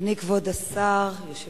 אדוני כבוד השר, אדוני היושב-ראש,